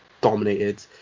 dominated